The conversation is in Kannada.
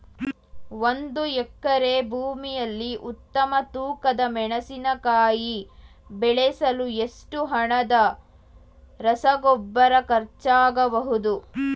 ಒಂದು ಎಕರೆ ಭೂಮಿಯಲ್ಲಿ ಉತ್ತಮ ತೂಕದ ಮೆಣಸಿನಕಾಯಿ ಬೆಳೆಸಲು ಎಷ್ಟು ಹಣದ ರಸಗೊಬ್ಬರ ಖರ್ಚಾಗಬಹುದು?